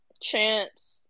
chance